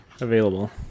available